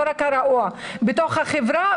לא רק הרעוע בתוך החברה,